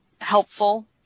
helpful